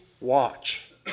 watch